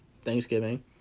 Thanksgiving